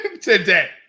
Today